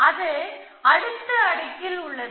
அது அடுத்த அடுக்கில் உள்ளது